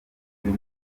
uyu